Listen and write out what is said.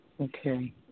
Okay